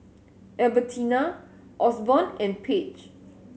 Albertina Osborn and Page